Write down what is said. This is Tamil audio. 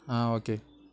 ஆ ஓகே